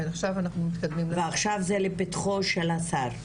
ועכשיו זה לפתחו של השר?